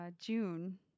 June